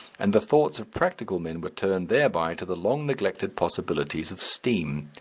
and the thoughts of practical men were turned thereby to the long-neglected possibilities of steam.